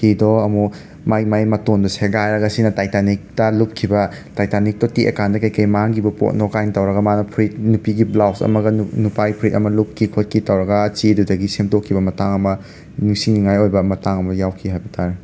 ꯍꯤꯗꯣ ꯑꯃꯨꯛ ꯃꯥꯏ ꯃꯥꯏ ꯃꯇꯣꯟꯗꯣ ꯁꯦꯒꯥꯏꯔꯒ ꯁꯤꯅ ꯇꯥꯏꯇꯥꯅꯤꯛꯇ ꯂꯨꯨꯞꯈꯤꯕ ꯇꯥꯏꯇꯥꯅꯤꯛꯇꯣ ꯇꯦꯛꯑꯀꯥꯟꯗ ꯀꯩ ꯀꯩ ꯃꯥꯡꯒꯤꯕ ꯄꯣꯠꯅꯣ ꯀꯥꯏꯅ ꯇꯧꯔꯒ ꯃꯅꯥ ꯐꯨꯔꯤꯠ ꯅꯨꯄꯤꯒꯤ ꯕ꯭ꯂꯥꯎꯖ ꯑꯃꯒ ꯅꯨꯞ ꯅꯨꯄꯥꯒꯤ ꯐꯨꯔꯤꯠ ꯑꯃꯒ ꯂꯨꯞꯈꯤ ꯈꯣꯠꯈꯤ ꯇꯧꯔꯒ ꯆꯦꯗꯨꯗꯒꯤ ꯁꯦꯝꯗꯣꯛꯈꯤꯕ ꯃꯇꯥꯡ ꯑꯃ ꯅꯤꯡꯁꯤꯡꯅꯤꯉꯥꯏ ꯑꯣꯏꯕ ꯃꯇꯥꯡ ꯑꯃ ꯌꯥꯎꯈꯤ ꯍꯥꯏꯕ ꯇꯥꯔꯦ